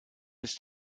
ist